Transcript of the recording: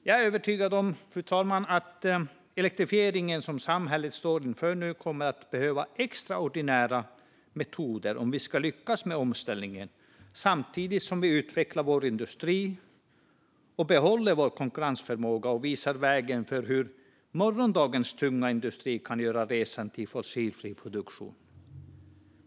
Jag är övertygad om att den elektrifiering som samhället nu står inför kommer att behöva extraordinära metoder om vi ska lyckas med omställningen samtidigt som vi utvecklar vår industri, behåller vår konkurrensförmåga och visar vägen för hur morgondagens tunga industri kan göra resan till fossilfri produktion.